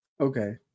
Okay